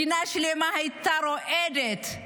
מדינה שלמה הייתה רועדת.